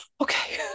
okay